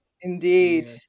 Indeed